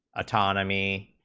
ah economy